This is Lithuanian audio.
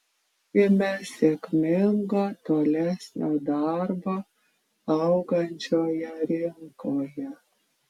linkime sėkmingo tolesnio darbo augančioje rinkoje